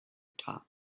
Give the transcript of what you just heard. top